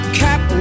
cap